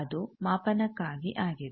ಅದು ಮಾಪನಕ್ಕಾಗಿ ಆಗಿದೆ